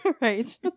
Right